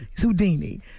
Houdini